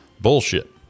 Bullshit